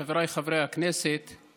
חבריי חברי הכנסת,